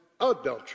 adultery